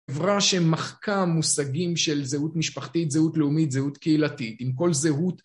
חברה שמחקה מושגים של זהות משפחתית, זהות לאומית, זהות קהילתית, עם כל זהות